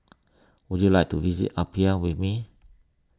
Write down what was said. would you like to visit Apia with me